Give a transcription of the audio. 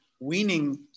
weaning